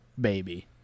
baby